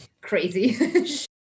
crazy